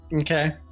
Okay